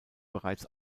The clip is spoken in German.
bereits